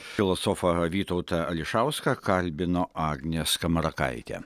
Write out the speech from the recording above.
filosofą vytautą ališauską kalbino agnė skamarakaitė